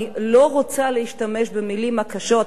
אני לא רוצה להשתמש במלים הקשות,